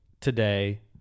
today